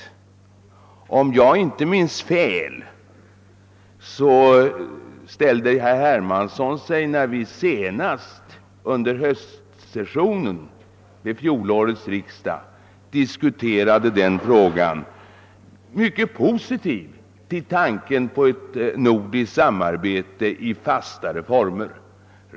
När vi senast under höstsessionen vid fjolårets riksdag diskuterade denna fråga, ställde sig herr Hermansson — om jag inte minns fel — mycket positiv till tanken på ett nordiskt samarbete i fastare former.